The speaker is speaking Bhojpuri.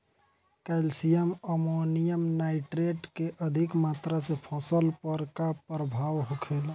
कैल्शियम अमोनियम नाइट्रेट के अधिक मात्रा से फसल पर का प्रभाव होखेला?